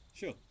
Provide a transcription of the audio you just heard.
Sure